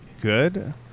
good